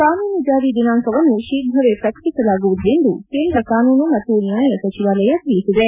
ಕಾನೂನು ಜಾರಿ ದಿನಾಂಕವನ್ನು ಶೀಘವೇ ಪ್ರಕಟಿಸಲಾಗುವುದು ಎಂದು ಕೇಂದ್ರ ಕಾನೂನು ಮತ್ತು ನ್ಯಾಯ ಸಚಿವಾಲಯ ತಿಳಿಸಿದೆ